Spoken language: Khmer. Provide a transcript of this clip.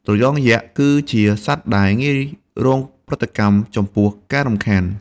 ត្រយងយក្សគឺជាសត្វដែល ងាយរងប្រតិកម្មចំពោះការរំខាន។